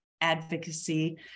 advocacy